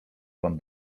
pan